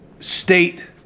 state